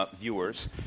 viewers